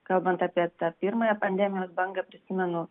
kalbant apie tą pirmąją pandemijos bangą prisimenu